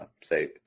say